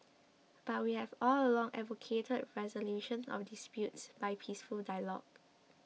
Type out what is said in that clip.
but we have all along advocated resolution of disputes by peaceful dialogue